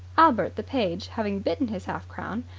albert the page, having bitten his half-crown,